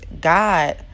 God